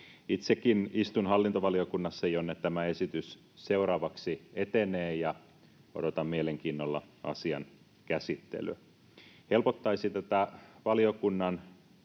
Itsekin istun hallintovaliokunnassa, jonne tämä esitys seuraavaksi etenee, ja odotan mielenkiinnolla asian käsittelyä. Valiokunnan